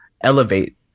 elevate